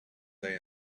day